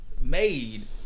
made